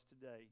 today